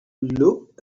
looked